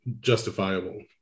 justifiable